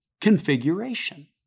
configuration